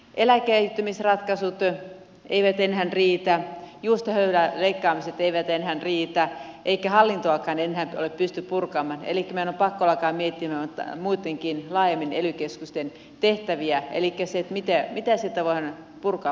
eläköitymisratkaisut eivät enää riitä juustohöyläleikkaamiset eivät enää riitä eikä hallintoakaan enää pysty purkamaan elikkä meidän on pakko alkaa miettimään laajemmin ely keskusten tehtäviä elikkä mitä sieltä voidaan purkaa pois